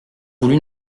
voulu